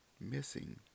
missing